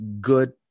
good